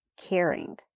caring